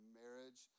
marriage